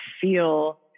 feel